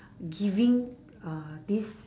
giving uh this